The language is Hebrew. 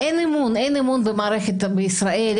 אין אמון במערכת בישראל,